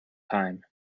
time